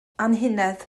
anhunedd